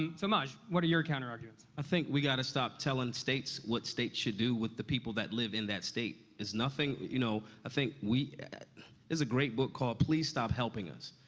and so, maj, what are your counter-arguments? i think we got to stop telling states what states should do with the people that live in that state. it's nothing you know, i think we there's a great book called please stop helping us,